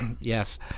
Yes